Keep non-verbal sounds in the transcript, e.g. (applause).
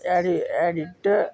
(unintelligible)